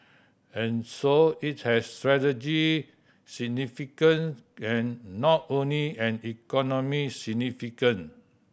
and so it has strategic significant and not only an economic significant